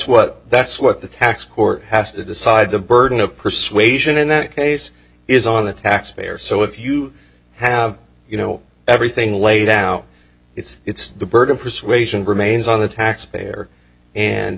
what that's what the tax court has to decide the burden of persuasion in that case is on the taxpayer so if you have you know everything laid out it's the burden persuasion remains on the taxpayer and